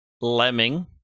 Lemming